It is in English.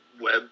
web